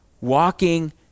walking